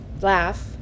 laugh